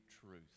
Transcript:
truth